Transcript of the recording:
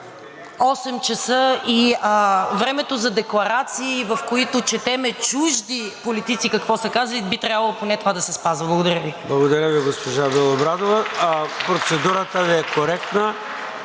ч., и времето за декларации, в които четем чужди политици какво са казали, би трябвало поне това да се спазва. Благодаря Ви.